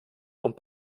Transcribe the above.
und